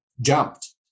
jumped